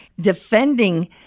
defending